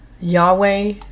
yahweh